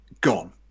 gone